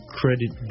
credit